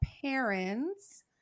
parents